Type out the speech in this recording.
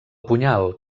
punyal